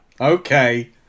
Okay